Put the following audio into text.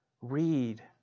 read